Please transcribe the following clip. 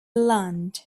land